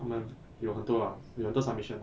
他们有很多 lah 有很多 submission